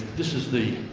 this is the